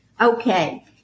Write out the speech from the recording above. Okay